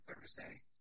Thursday